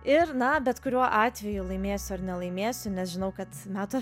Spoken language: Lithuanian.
ir na bet kuriuo atveju laimėsiu ar nelaimėsiu nes žinau kad metų